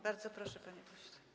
Bardzo proszę, panie pośle.